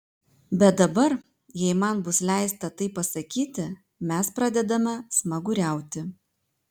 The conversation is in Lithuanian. bet dabar jei man bus leista taip pasakyti mes pradedame smaguriauti